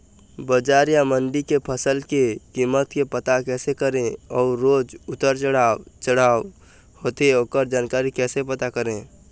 बजार या मंडी के फसल के कीमत के पता कैसे करें अऊ रोज उतर चढ़व चढ़व होथे ओकर जानकारी कैसे पता करें?